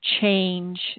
change